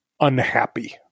unhappy